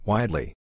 Widely